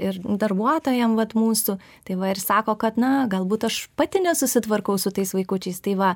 ir darbuotojam vat mūsų tai va ir sako kad na galbūt aš pati nesusitvarkau su tais vaikučiais tai va